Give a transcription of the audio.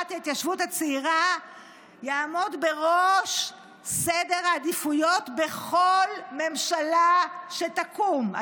ההתיישבות הצעירה יעמוד בראש סדר העדיפויות בכל ממשלה שתקום,